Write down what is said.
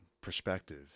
perspective